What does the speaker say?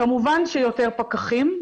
כמובן שיותר פקחים,